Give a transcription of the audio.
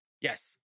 Yes